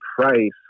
price